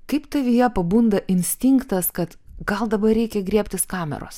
kaip tavyje pabunda instinktas kad gal dabar reikia griebtis kameros